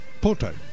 Porto